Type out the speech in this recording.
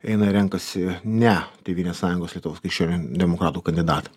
eina ir renkasi ne tėvynės sąjungos lietuvos krikščionių demokratų kandidatą